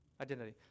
identity